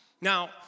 now